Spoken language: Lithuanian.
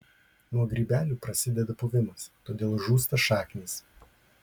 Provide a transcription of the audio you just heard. nuo grybelių prasideda puvimas todėl žūsta šaknys